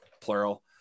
plural